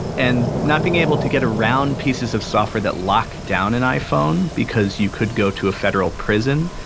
and not being able to get around pieces of software that lock down an iphone because you could go to a federal prison,